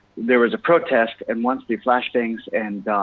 there was a protest and once the flash bangs and,